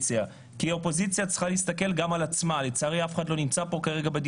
31.10.2021. אנחנו נתחיל ברביזיה על החלטת ועדת